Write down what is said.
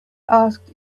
asked